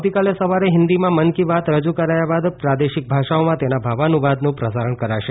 આવતીકાલે સવારે હિન્દીમાં મન કી બાત રજૂ કરાયા બાદ પ્રાદેશિક ભાષાઓમાં તેના ભાવાનુવાદનું પ્રસારણ કરાશે